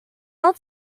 will